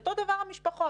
אותו דבר המשפחות